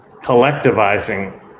collectivizing